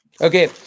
Okay